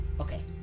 Okay